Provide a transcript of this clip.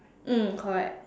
mm correct